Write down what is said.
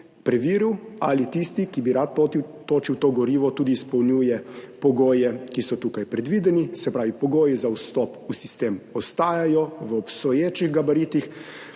ali tisti, ki bi rad točil to gorivo, tudi izpolnjuje pogoje, ki so tukaj predvideni. Pogoji za vstop v sistem ostajajo v obstoječih gabaritih.